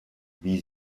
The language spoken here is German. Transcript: wie